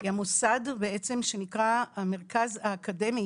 היא המוסד בעצם שנקרא "המרכז האקדמי